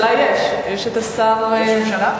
המציע והשר הסכימו שהדבר יועבר לוועדה ולכן אצביע: מי שבעד,